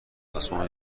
آسمان